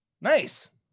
Nice